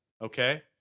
Okay